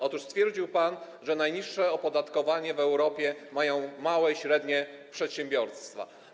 Otóż stwierdził pan, że najniższe opodatkowanie w Europie mają małe i średnie przedsiębiorstwa.